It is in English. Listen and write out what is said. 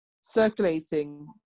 circulating